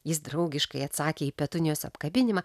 jis draugiškai atsakė į petunijos apkabinimą